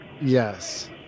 Yes